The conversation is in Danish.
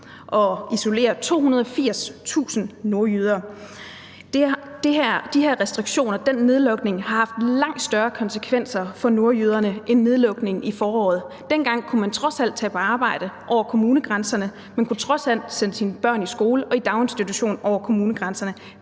og isolere 280.000 nordjyder. De her restriktioner, den her nedlukning, har haft langt større konsekvenser for nordjyderne end nedlukningen i foråret. Dengang kunne man trods alt tage på arbejde over kommunegrænserne, man kunne trods alt sende sine børn i skole og i daginstitution over kommunegrænserne.